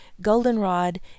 goldenrod